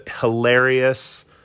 hilarious